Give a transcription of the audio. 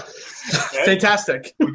Fantastic